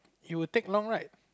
you would take long right